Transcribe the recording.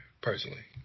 personally